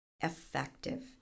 effective